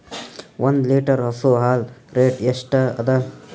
ಒಂದ್ ಲೀಟರ್ ಹಸು ಹಾಲ್ ರೇಟ್ ಎಷ್ಟ ಅದ?